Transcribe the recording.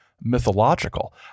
mythological